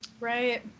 Right